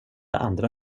andra